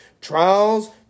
trials